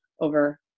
over